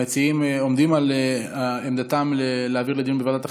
המציעים עומדים על עמדתם להעביר לדיון בוועדת החינוך?